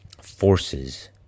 forces